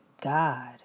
God